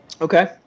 okay